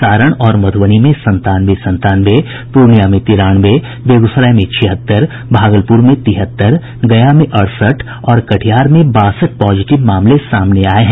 सारण और मधुबनी में संतानवे संतानवे पूर्णिया में तिरानवे बेगूसराय में छिहत्तर भागलपुर में तिहत्तर गया में अड़सठ और कटिहार में बासठ पॉजिटिव मामले सामने आये हैं